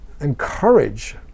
encourage